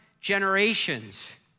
generations